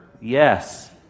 yes